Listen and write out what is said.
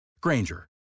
Granger